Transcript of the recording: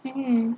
mm